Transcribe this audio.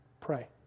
Pray